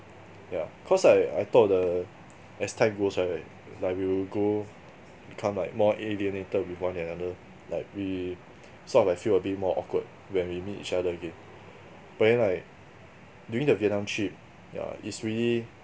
yeah cause like I thought the as time goes by right like we will grow become like more alienated with one another like we sort of like feel a bit more awkward when we meet each other again but then like during the vietnam trip yeah it's really